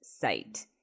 site